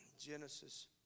Genesis